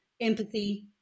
empathy